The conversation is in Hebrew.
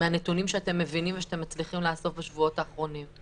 מהנתונים שאתם מבינים ושאתם מצליחים לאסוף בשבועות האחרונים.